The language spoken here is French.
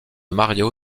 mario